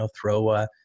throw